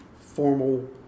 formal